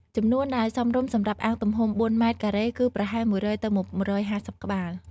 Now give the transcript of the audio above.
ចំនួនដែលសមរម្យសម្រាប់អាងទំហំ ៤ ម៉ែត្រការ៉េគឺប្រហែល ១០០ ទៅ ១៥០ ក្បាល។